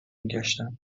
میگشتم